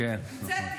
אנחנו אנשי מליאה,